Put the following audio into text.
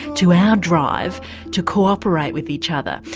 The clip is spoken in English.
to our drive to co-operate with each other.